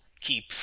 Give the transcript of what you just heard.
keep